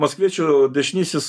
maskviečių dešinysis